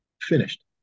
finished